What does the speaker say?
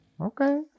Okay